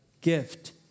gift